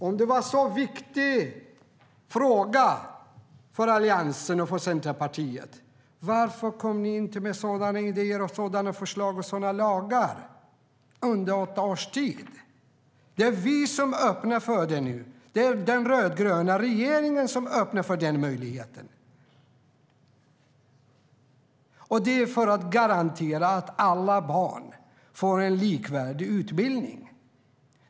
Om det var en så viktig fråga för Alliansen och Centerpartiet, varför kom ni inte med sådana idéer, förslag och lagar under åtta års tid, Ulrika Carlsson? Det är vi i den rödgröna regeringen som öppnar den möjligheten nu, för att garantera att alla barn får en likvärdig utbildning.